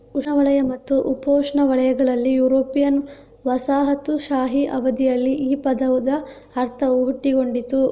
ಉಷ್ಣವಲಯ ಮತ್ತು ಉಪೋಷ್ಣವಲಯಗಳಲ್ಲಿ ಯುರೋಪಿಯನ್ ವಸಾಹತುಶಾಹಿ ಅವಧಿಯಲ್ಲಿ ಈ ಪದದ ಅರ್ಥವು ಹುಟ್ಟಿಕೊಂಡಿತು